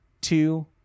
two